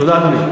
תודה, אדוני.